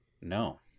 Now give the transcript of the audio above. No